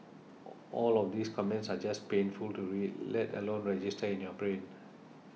all of these comments are just painful to read let alone register in your brain